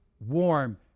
warm